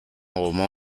roman